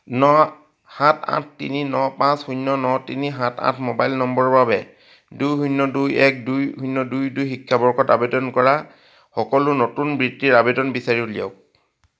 ন সাত আঠ তিনি ন পাঁচ শূন্য ন তিনি সাত আঠ মোবাইল নম্বৰৰ বাবে দুই শূন্য দুই এক দুই শূন্য দুই দুই শিক্ষাবৰ্ষত আবেদন কৰা সকলো নতুন বৃত্তিৰ আবেদন বিচাৰি উলিয়াওক